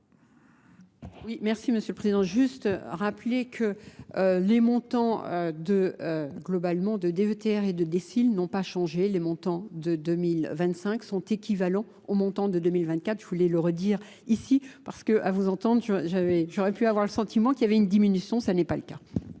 merci Monsieur le Président. Juste rappeler que les montants globalement de DVTR et de Décil n'ont pas changé. Les montants de 2025 sont équivalents aux montants de 2024. Je voulais le redire ici parce que, à vous entendre, j'aurais pu avoir le sentiment qu'il y avait une diminution. Ça n'est pas le cas.